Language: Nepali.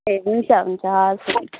ए हुन्छ हुन्छ हवस्